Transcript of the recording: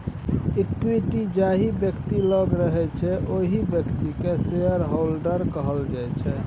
equity जाहि बेकती लग रहय छै ओहि बेकती केँ शेयरहोल्डर्स कहल जाइ छै